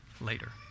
later